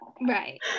Right